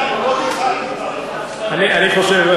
אני חושב,